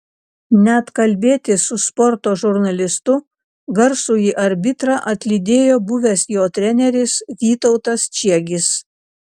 net kalbėtis su sporto žurnalistu garsųjį arbitrą atlydėjo buvęs jo treneris vytautas čiegis